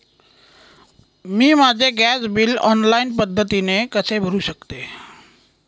मी माझे gas bill online पद्धतीने कसे भरु शकते?